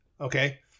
Okay